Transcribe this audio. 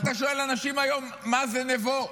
ואתה שואל אנשים היום: מה זה נבו?